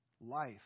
life